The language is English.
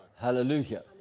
Hallelujah